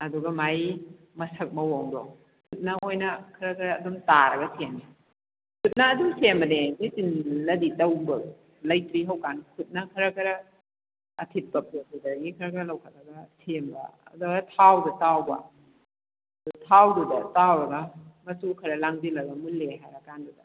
ꯑꯗꯨꯒ ꯃꯥꯏ ꯃꯁꯛ ꯃꯑꯣꯡꯗꯣ ꯈꯨꯠꯅ ꯑꯣꯏꯅ ꯈꯔ ꯈꯔ ꯑꯗꯨꯝ ꯇꯥꯔꯒ ꯁꯦꯝꯃꯦ ꯈꯨꯠꯅ ꯑꯗꯨꯝ ꯁꯦꯝꯕꯅꯦ ꯃꯦꯆꯤꯟꯅꯗꯤ ꯇꯧꯕ ꯂꯩꯇ꯭ꯔꯤ ꯍꯧ ꯀꯥꯟ ꯈꯨꯠꯅ ꯈꯔ ꯈꯔ ꯑꯊꯤꯠꯄ ꯄꯣꯠꯇꯨꯗꯒꯤ ꯈꯔ ꯈꯔ ꯂꯧꯈꯠꯂꯒ ꯁꯦꯝꯕ ꯑꯗꯨꯒ ꯊꯥꯎꯗ ꯇꯥꯎꯕ ꯊꯥꯎꯗꯨꯗ ꯇꯥꯎꯔꯒ ꯃꯆꯨ ꯈꯔ ꯂꯥꯡꯁꯤꯜꯂꯒ ꯃꯨꯟꯂꯦ ꯍꯥꯏꯔ ꯀꯥꯟꯗꯨꯗ